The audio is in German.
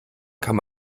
kann